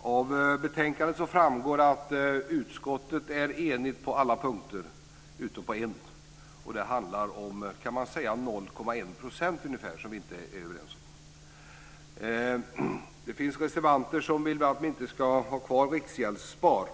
Av betänkandet framgår att utskottet är enigt på alla punkter utom en. Man kan säga att det handlar om ungefär 0,1 % som vi inte är överens om. Det finns reservanter som vill att vi inte ska ha kvar Riksgäldsspar.